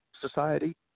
society